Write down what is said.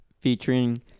featuring